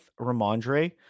Ramondre